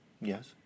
Yes